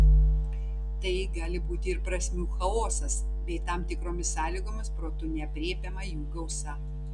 tai gali būti ir prasmių chaosas bei tam tikromis sąlygomis protu neaprėpiama jų gausa